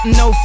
no